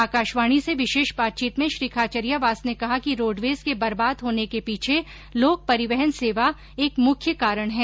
आकाषवाणी से विषेष बातचीत में श्री खाचरियावास ने कहा कि रोडवेज के बर्बाद होने के पीछे लोक परिवहन सेवा एक मुख्य कारण है